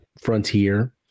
Frontier